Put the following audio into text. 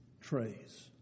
trays